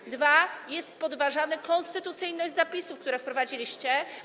Po drugie, jest podważana konstytucyjność zapisów, które wprowadziliście.